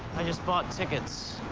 i just bought tickets.